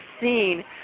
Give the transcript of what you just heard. scene